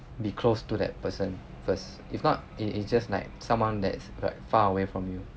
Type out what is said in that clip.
be close to that person first if not it its just like someone that's like far away from you